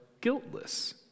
guiltless